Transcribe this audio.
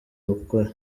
gukora